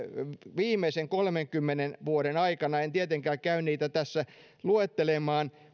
viimeisen kolmenkymmenen vuoden aikana en tietenkään käy niitä tässä luettelemaan